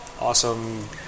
awesome